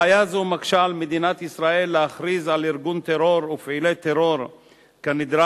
בעיה זו מקשה על מדינת ישראל להכריז על ארגון טרור ופעילי טרור כנדרש